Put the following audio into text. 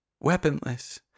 Weaponless